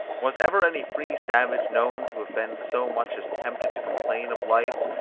was ever any free savage known to have been so much as tempted to complain of life,